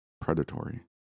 Predatory